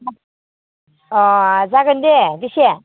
हाब अह जागोन दे बेसे